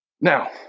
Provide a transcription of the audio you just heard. Now